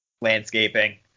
landscaping